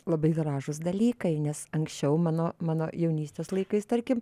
labai gražūs dalykai nes anksčiau mano mano jaunystės laikais tarkim